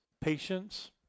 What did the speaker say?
patience